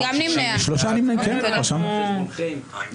רוויזיה